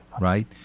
right